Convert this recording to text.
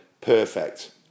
perfect